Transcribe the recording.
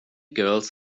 girls